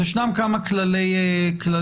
אז ישנם כמה כללי בסיס.